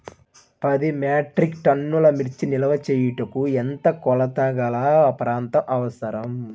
పది మెట్రిక్ టన్నుల మిర్చి నిల్వ చేయుటకు ఎంత కోలతగల ప్రాంతం అవసరం?